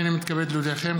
הינני מתכבד להודיעכם,